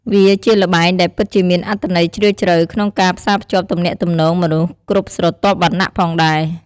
វាជាល្បែងដែលពិតជាមានអត្ថន័យជ្រាលជ្រៅក្នុងការផ្សារភ្ជាប់ទំនាក់ទំនងមនុស្សគ្រប់ស្រទាប់វណ្ណៈផងដែរ។